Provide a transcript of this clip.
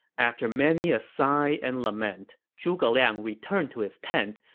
after many a sigh and lament, zhuge liang returned to his tent,